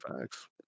Facts